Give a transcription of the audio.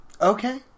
Okay